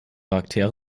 charaktere